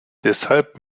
deshalb